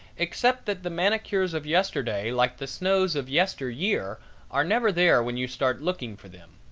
except that the manicures of yesterday like the snows of yesteryear are never there when you start looking for them.